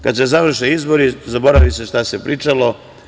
Kada se završe izbori, zaboravi se šta se pričalo.